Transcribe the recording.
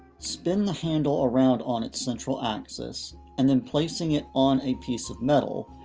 spin the handle around on its central axis and then, placing it on a piece of metal,